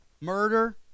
murder